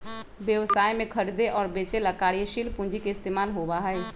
व्यवसाय में खरीदे और बेंचे ला कार्यशील पूंजी के इस्तेमाल होबा हई